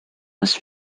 was